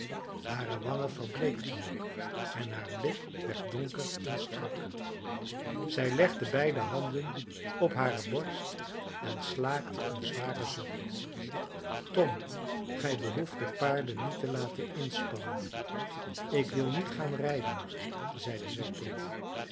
hare wangen verbleekten en haar blik werd donker en strak zij legde beide handen op hare borst en slaakte een zwaren zucht tom gij behoeft de paarden niet te laten inspannen ik wil niet gaan rijden zeide zij toen